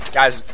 Guys